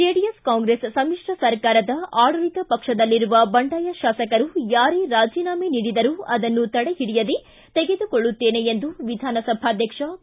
JDS Congress ಸಮಿತ್ರ ಸರ್ಕಾರದ ಆಡಳಿತ ಪಕ್ಷದಲ್ಲಿರುವ ಬಂಡಾಯ ಶಾಸಕರು ಯಾರೇ ರಾಜೀನಾಮೆ ನೀಡಿದರೂ ಅದನ್ನು ತಡೆಹಿಡಿಯದೆ ತೆಗೆದುಕೊಳ್ಳುತ್ತೇನೆ ಎಂದು ವಿಧಾನಸಭಾಧ್ಯಕ್ಷ ಕೆ